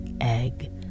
egg